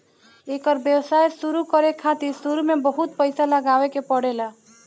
एकर व्यवसाय शुरु करे खातिर शुरू में बहुत पईसा लगावे के पड़ेला